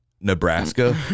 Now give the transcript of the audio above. nebraska